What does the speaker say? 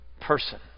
person